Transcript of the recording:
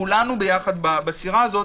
כולנו ביחד בסירה הזאת.